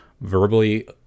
verbally